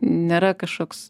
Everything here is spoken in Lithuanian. nėra kažkoks